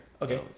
Okay